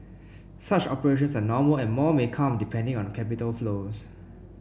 such operations are normal and more may come depending on capital flows